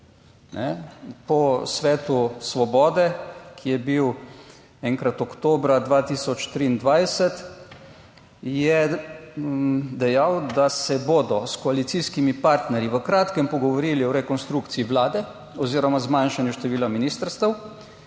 Po svetu Svobode, ki je bil enkrat oktobra 2023, je dejal, da se bodo s koalicijskimi partnerji v kratkem pogovorili o rekonstrukciji vlade oziroma zmanjšanju števila ministrstev.